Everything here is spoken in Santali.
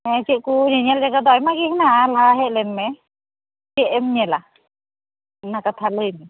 ᱦᱮᱸ ᱪᱮᱫ ᱠᱚ ᱧᱮᱧᱮᱞ ᱡᱟᱭᱜᱟ ᱫᱚ ᱟᱭᱢᱟ ᱜᱮ ᱦᱮᱱᱟᱜᱼᱟ ᱞᱟᱦᱟ ᱦᱮᱡ ᱞᱮᱱ ᱢᱮ ᱪᱮᱫ ᱮᱢ ᱧᱮᱞᱟ ᱚᱱᱟ ᱠᱟᱛᱷᱟ ᱞᱟᱹᱭ ᱢᱮ